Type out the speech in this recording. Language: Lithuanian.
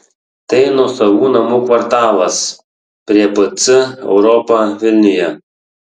tai nuosavų namų kvartalas prie pc europa vilniuje